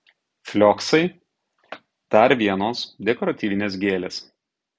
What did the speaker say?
flioksai dar vienos dekoratyvinės gėlės